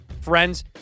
friends